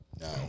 No